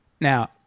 now